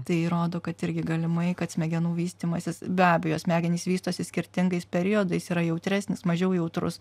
tai rodo kad irgi galimai kad smegenų vystymasis be abejo smegenys vystosi skirtingais periodais yra jautresnis mažiau jautrus